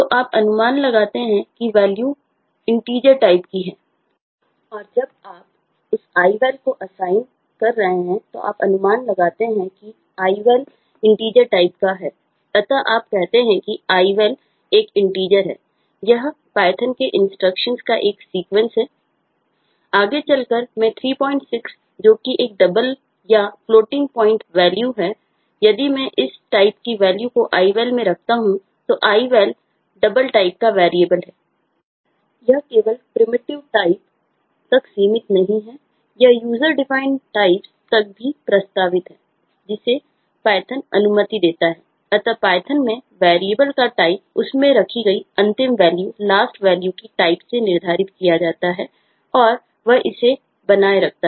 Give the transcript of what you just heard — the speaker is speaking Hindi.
आगे चलकर मैं 36 को जो कि एक डबल से निर्धारित किया जाता है और वह इसे बनाए रखता है